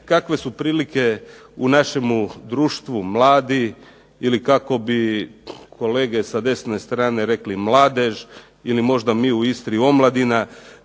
kakve su prilike u našemu društvu mladih ili kako bi kolege sa desne strane rekli mladež ili možda mi u Istri omladina.